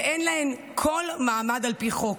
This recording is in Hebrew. ואין להן כל מעמד על פי חוק.